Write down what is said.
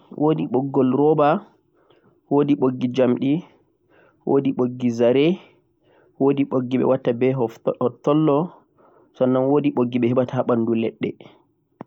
ha ɓogginii wodi je roba, wodi je jamɗe, wodi je zare, wodi je hottollo wodi bo je baa'aji